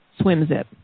SwimZip